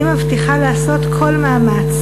אני מבטיחה לעשות כל מאמץ